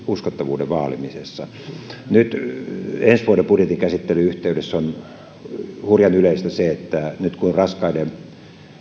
uskottavuuden vaalimisessa nyt ensi vuoden budjetin käsittelyn yhteydessä on hurjan yleistä se että nyt kun raskaiden